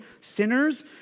sinners